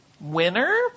winner